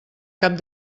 cap